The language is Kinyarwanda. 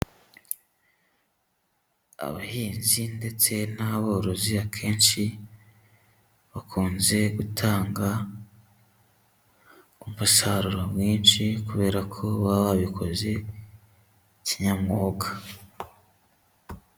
Abahinzi ndetse n'aborozi, akenshi bakunze gutanga umusaruro mwinshi kubera ko baba babikoze kinyamwuga.